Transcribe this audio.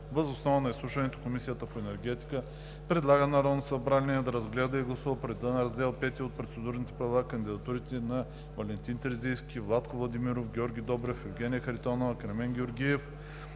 Въз основа на изслушването Комисията по енергетика предлага на Народното събрание да разгледа и гласува по реда на раздел V от Процедурните правила кандидатурите на Валентин Терзийски, Владко Владимиров, Георги Добрев, Евгения Харитонова, Кремен Георгиев,